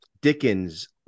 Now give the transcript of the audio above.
Dickens